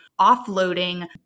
offloading